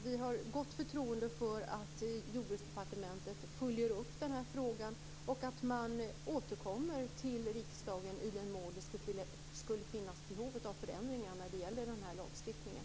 Vi har gott förtroende för att Jordbruksdepartementet följer upp den här frågan och att man återkommer till riksdagen i den mån det skulle finnas behov av förändringar när det gäller den här lagstiftningen.